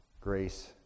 grace